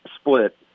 split